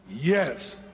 Yes